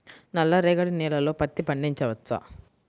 నల్ల రేగడి నేలలో పత్తి పండించవచ్చా?